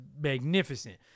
magnificent